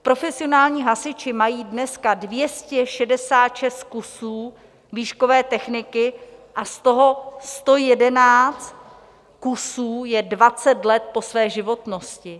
Profesionální hasiči mají dneska 266 kusů výškové techniky a z toho 111 kusů je 20 let po své životnosti.